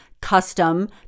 custom